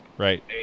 Right